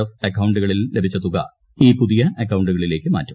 F അക്കൌണ്ടുകളിൽ ലഭിച്ച തുക ഈ പുതിയ അക്കൌണ്ടുകളിലേക്ക് മാറ്റും